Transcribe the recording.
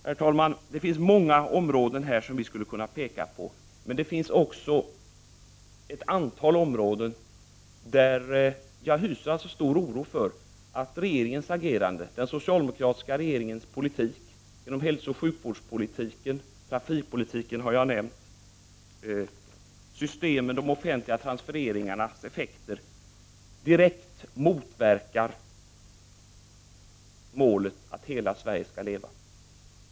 Herr talman! Det finns många områden som vi skulle kunna peka på. Men det finns också ett antal områden där jag hyser stor oro för att den socialdemokratiska regeringens agerande inom hälsooch sjukvårdspolitiken liksom också trafikpolitiken — som jag redan nämnt — samt systemen och de offentliga transfereringarnas effekter direkt motverkar målet att hela Sverige skall leva.